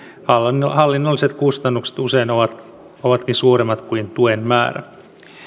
hallinnolliset kustannukset usein ovatkin suuremmat kuin tuen määrä